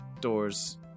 doors